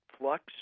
flux